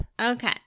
Okay